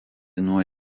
nuo